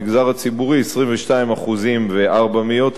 22.04%. ומדד תשומות הבנייה,